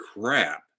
crap